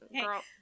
girl